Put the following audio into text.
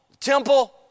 temple